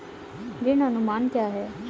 ऋण अनुमान क्या है?